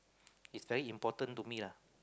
is very important to me lah